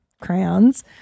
Crayons